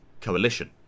coalition